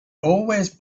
always